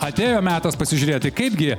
atėjo metas pasižiūrėti kaipgi